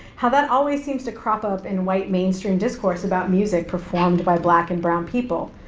how that always seems to crop up in white mainstream discourse about music performed by black and brown people,